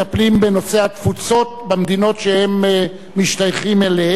בנושא התפוצות במדינות שהם משתייכים אליהן.